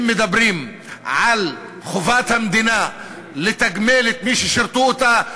אם מדברים על חובת המדינה לתגמל את מי ששירתו אותה,